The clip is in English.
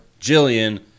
Jillian